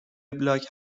وبلاگ